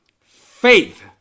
Faith